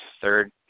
third